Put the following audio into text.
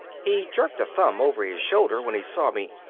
he jerked a thumb over his shoulder when he saw me.